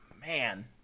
man